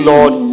Lord